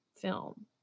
film